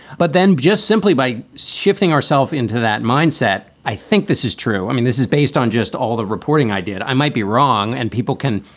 but then just simply by shifting ourself into that mindset, i think this is true. i mean, this is based on just all the reporting i did. i might be wrong. and people can.